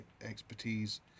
expertise